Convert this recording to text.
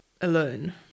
alone